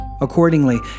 Accordingly